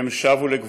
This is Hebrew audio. / הם שבו אל גבולם".